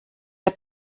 der